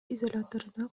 изоляторуна